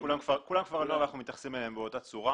לכולם אנחנו מתייחסים באותה צורה.